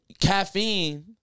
Caffeine